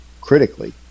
critically